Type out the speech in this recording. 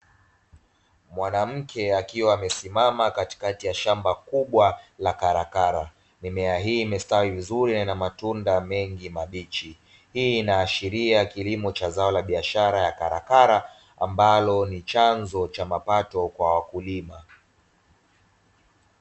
Mwanamke akiwa amesimama katikati ya shamba kubwa la karakara, mime hii imestawi vizuri na ina matunda mengi mabichi. Hii inaashiria kilimo cha zao la biashara la karakara ambalo ni chanzo cha mapato kwa wakulima.